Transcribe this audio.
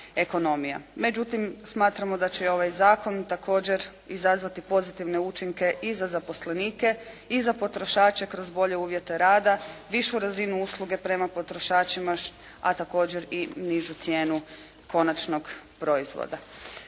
Međutim smatramo da će ovaj zakon također izazvati pozitivne učinke i za zaposlenike i za potrošače kroz bolje uvjete rada, višu razinu usluge prema potrošačima, a također i nižu cijenu konačnog proizvoda.